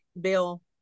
Bill